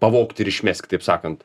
pavogt ir išmest taip sakant